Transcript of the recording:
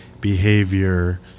behavior